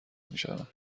میشن